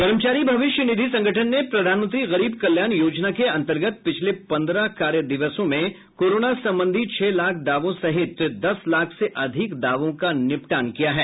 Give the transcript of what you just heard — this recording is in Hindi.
कर्मचारी भविष्य निधि संगठन ने प्रधानमंत्री गरीब कल्याण योजना के अंतर्गत पिछले पन्द्रह कार्य दिवसों में कोरोना संबंधी छह लाख दावों सहित दस लाख से अधिक दावों का निपटान किया है